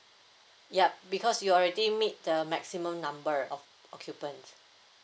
yup because you already meet the maximum number of occupant